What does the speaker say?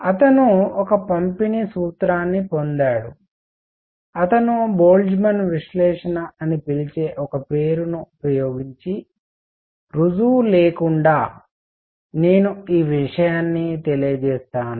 అతను ఒక పంపిణీ సూత్రాన్ని పొందాడు అతను బోల్ట్జ్మాన్ విశ్లేషణ అని పిలిచే ఒక పేరును ఉపయోగించి రుజువు లేకుండా నేను ఈ విషయాన్ని తెలియజేస్తాను